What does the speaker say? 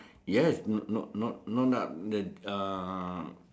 yes not not not not doubt the uh